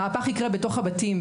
המהפך ייקרה בתוך הבתים,